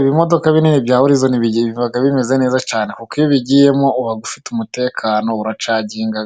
Ibimodoka binini bya horizoni biba bimeze neza cyane, kuko iyo ubigiyemo uba ufite umutekano uracaginga